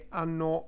hanno